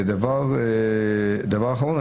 דבר אחרון,